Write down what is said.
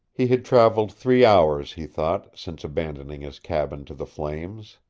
he had traveled three hours, he thought, since abandoning his cabin to the flames.